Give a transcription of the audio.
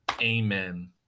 amen